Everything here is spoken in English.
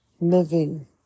living